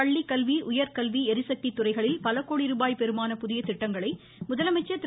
பள்ளி கல்வி உயர்கல்வி ளிசக்தி துறைகளில் பல கோடி ருபாய் பெருமான புதிய திட்டங்களை முதலமைச்சர் திரு